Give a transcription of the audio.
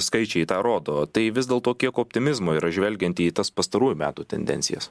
skaičiai tą rodo tai vis dėl to kiek optimizmo yra žvelgiant į tas pastarųjų metų tendencijas